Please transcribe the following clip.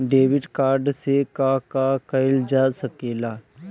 Debit card से का का कइल जा सके ला?